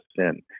sin